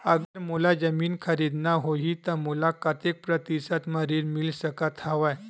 अगर मोला जमीन खरीदना होही त मोला कतेक प्रतिशत म ऋण मिल सकत हवय?